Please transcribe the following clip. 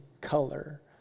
color